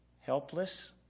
helpless